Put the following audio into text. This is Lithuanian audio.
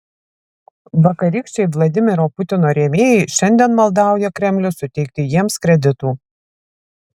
vakarykščiai vladimiro putino rėmėjai šiandien maldauja kremlių suteikti jiems kreditų